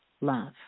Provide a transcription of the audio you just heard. love